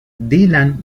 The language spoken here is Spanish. dylan